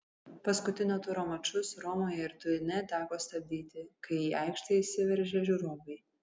paskutinio turo mačus romoje ir turine teko stabdyti kai į aikštę įsiveržė žiūrovai